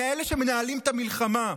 מאלה שמנהלים את המלחמה.